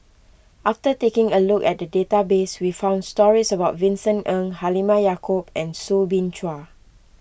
after taking a look at the database we found stories about Vincent Ng Halimah Yacob and Soo Bin Chua